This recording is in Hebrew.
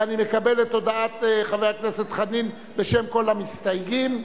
ואני מקבל את הודעת חבר הכנסת חנין בשם כל המסתייגים.